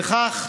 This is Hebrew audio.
וכך,